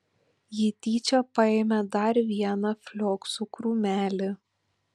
ji tyčia paėmė dar vieną flioksų krūmelį